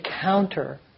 counter